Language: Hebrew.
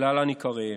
שלהלן עיקריהם: